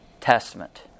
Testament